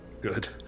good